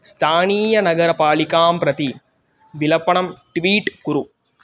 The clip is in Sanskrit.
स्थानीयनगरपालिकां प्रति विलपणं ट्वीट् कुरु